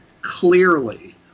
clearly